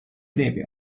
列表